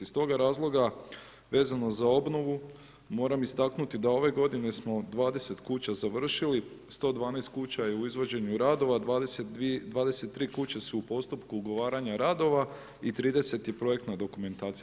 Iz toga razloga vezano za obnovu, moram istaknuti da ove godine smo 20 kuća završili, 112 kuća je u izvođenju radova, 23 kuće su u postupku ugovaranja radova i 30 je projektna dokumentacija.